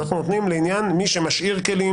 אנחנו נותנים למי שמשאיר כלים,